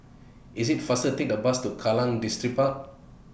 IS IT faster to Take The Bus to Kallang Distripark